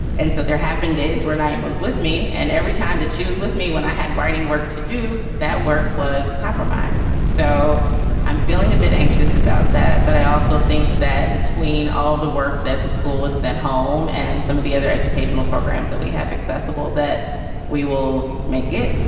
and so there have been days where naim was with me. and every time that she was with me when i had writing work to do that work was compromised. so i'm feeling a bit anxious about that but i also think that between all of the work that the school is at home and some of the other educational programs that we have accessible that we will make it.